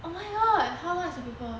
oh my god how long is the paper